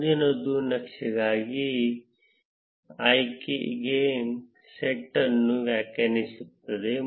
ಮುಂದಿನದು ನಕ್ಷೆ ಗಾಗಿ ಆಯ್ಕೆಗಳ ಸೆಟ್ ಅನ್ನು ವ್ಯಾಖ್ಯಾನಿಸುತ್ತದೆ